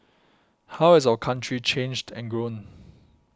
how has our country changed and grown